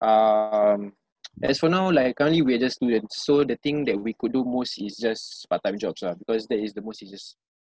uh um as for now like currently we are just students so the thing that we could do most is just part time jobs ah because that is the most easiest